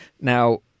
Now